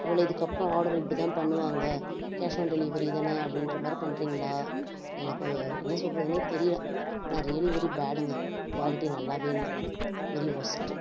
இவ்வளோ இதுக்கு அப்புறம் ஆடர் இப்படி தான் பண்ணுவாங்க கேஷ் ஆன் டெலிவரி தான் அப்படின்ற மாதிரி பண்ணுறிங்களா எனக்கு என்ன சொல்கிறதுன்னே தெரியலை ஆனால் ரியலி வெரி பேடுங்க குவாலிட்டி நல்லா இல்லை வெரி வொஸ்ட்டு